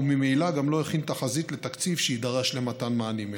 וממילא גם לא הכין תחזית לתקציב שיידרש למתן מענים אלה,